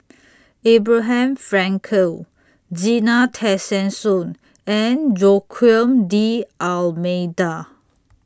Abraham Frankel Zena Tessensohn and Joaquim D'almeida